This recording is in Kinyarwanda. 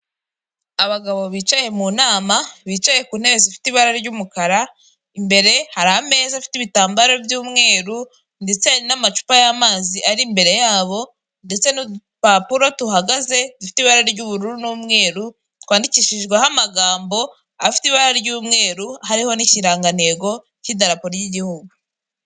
Abagabo bicaye mu nama bicaye ku nte zifite ibara ry'umukara, imbere hari ameza afite ibitambaro by'umweru ndetse hari n'amacupa y'amazi ari imbere yabo ndetse n'udupapuro duhagaze dufite ibara ry'ubururu n'umweru twandikishijweho amagambo afite ibara ry'umweru hariho n'ikirangantego cy'idarapo ry'igihugu.